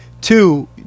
Two